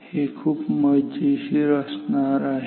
हे खूप मजेशीर असणार आहे